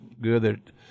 good